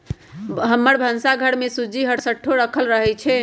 हमर भन्सा घर में सूज्ज़ी हरसठ्ठो राखल रहइ छै